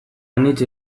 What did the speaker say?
anitz